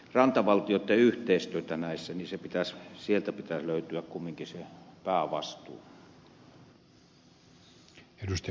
mutta siitä rantavaltioitten yhteistyöstä näissä pitäisi kumminkin löytyä se päävastuu